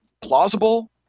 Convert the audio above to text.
Plausible